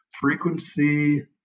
frequency